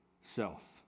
self